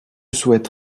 souhaite